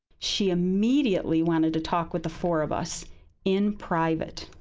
she immediately wanted to talk with the four of us in private.